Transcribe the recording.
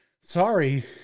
sorry